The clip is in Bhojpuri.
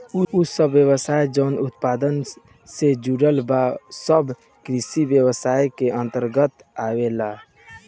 उ सब व्यवसाय जवन उत्पादन से जुड़ल बा सब कृषि व्यवसाय के अन्दर आवेलला